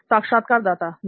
साक्षात्कारदाता नहीं